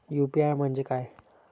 UPI म्हणजे काय?